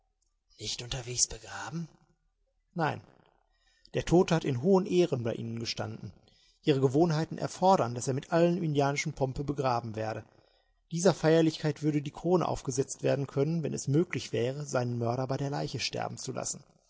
nicht unterwegs begraben nein der tote hat in hohen ehren bei ihnen gestanden ihre gewohnheiten erfordern daß er mit allem indianischen pompe begraben werde dieser feierlichkeit würde die krone aufgesetzt werden können wenn es möglich wäre seinen mörder bei der leiche sterben zu lassen